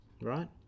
right